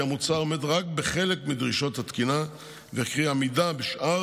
המוצר עומד רק בחלק מדרישות התקינה וכי העמידה בשאר